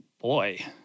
Boy